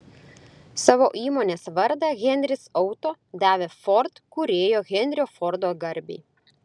savo įmonės vardą henris auto davė ford kūrėjo henrio fordo garbei